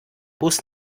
bus